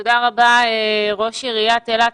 תודה רבה ראש עיריית אילת.